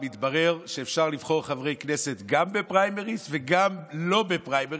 שאפשר לבחור חברי כנסת גם בפריימריז וגם לא בפריימריז,